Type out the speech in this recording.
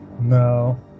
No